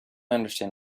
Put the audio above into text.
understand